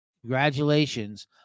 congratulations